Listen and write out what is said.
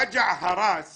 וג'ע א-ראס